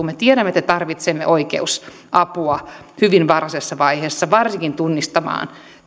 me tiedämme että tarvitsemme oikeusapua hyvin varhaisessa vaiheessa varsinkin tunnistamaan